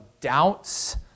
doubts